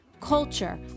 culture